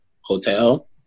hotel